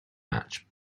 match